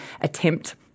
attempt